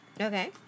Okay